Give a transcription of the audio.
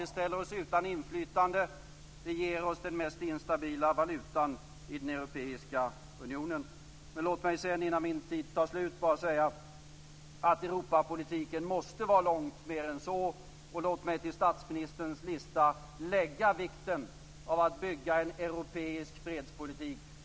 Det ställer oss utan inflytande. Det ger oss den mest instabila valutan i den europeiska unionen. Låt mig sedan innan min talartid tar slut säga att Europapolitiken måste vara långt mer än så. Låt mig till statsministerns lista lägga vikten av att bygga en europeisk fredspolitik.